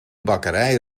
bakkerij